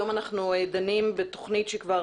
היום אנחנו דנים בתוכנית שכבר